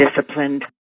disciplined